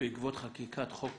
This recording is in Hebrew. בעקבות חקיקת חוק